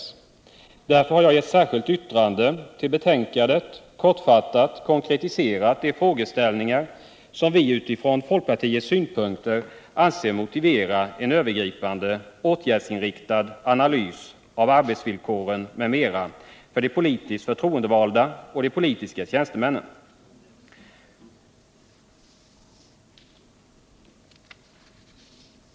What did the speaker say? Därför har jag i ett särskilt yttrande till betänkandet kortfattat konkretiserat de frågeställningar som vi utifrån folkpartiets synpunkter anser motivera en övergripande åtgärdsinriktad analys av arbetsvillkoren m.m. för de politiskt förtroendevalda och de politiska tjänstemännen.